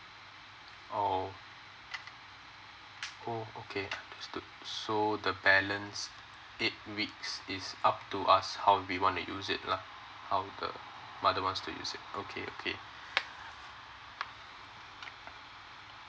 oh oh okay understood so the balance eight weeks it's up to us how we want to use it lah how the mother want to use it okay okay